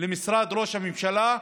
למשרד ראש הממשלה,